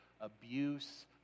abuse